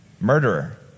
Murderer